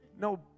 no